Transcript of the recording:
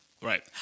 Right